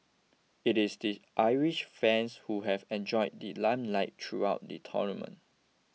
it is the Irish fans who have enjoyed the limelight throughout the tournament